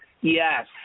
Yes